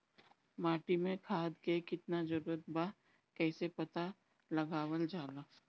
माटी मे खाद के कितना जरूरत बा कइसे पता लगावल जाला?